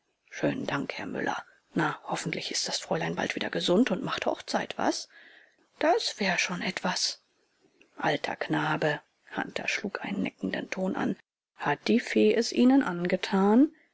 schönen dank herr müller na hoffentlich ist das fräulein bald wieder gesund und macht hochzeit was das wäre schon etwas alter knabe hunter schlug einen neckenden ton an hat die fee es ihnen angetan